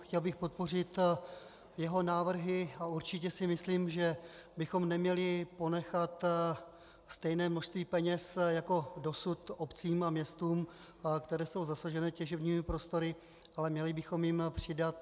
Chtěl bych podpořit jeho návrhy a určitě si myslím, že bychom neměli ponechat stejné množství peněz jako dosud obcím a městům, které jsou zasažené těžebními prostory, ale měli bychom jim přidat.